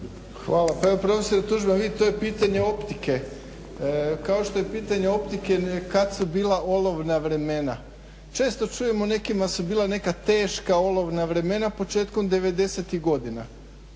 Hvala. Pa evo profesore to što vidite to je pitanje optike. Kao što je pitanje optike kad su bila olovna vremena? Često čujemo nekima su bila neka teška olovna vremena početkom 90-tih godina.